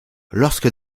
lorsque